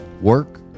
Work